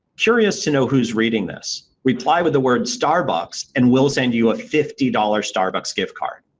curious to know who's reading this. reply with a word starbucks and we'll send you a fifty dollars starbucks gift card.